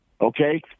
Okay